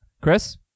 Chris